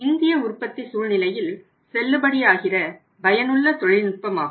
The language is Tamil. இந்திய உற்பத்தி சூழ்நிலையில் EOQ செல்லுபடியாகிற பயனுள்ள தொழில்நுட்பமாகும்